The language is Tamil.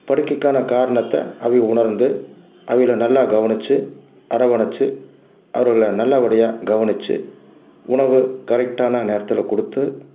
படுக்கைக்கான காரணத்தை அவி உணர்ந்து அவள நல்லா கவனிச்சி அரவனைச்சி அவர்களை நல்ல படியாக கவனிச்சி உணவு கரெக்டான நேரத்தில் கொடுத்து